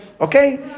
Okay